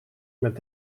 met